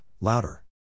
louder